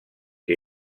que